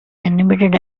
animated